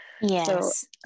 Yes